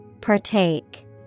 Partake